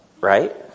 Right